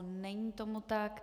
Není tomu tak.